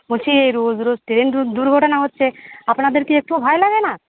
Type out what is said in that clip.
বলছি রোজ রোজ ট্রেন দুর দুর্ঘটনা হচ্ছে আপনাদের কি একটুও ভয় লাগে না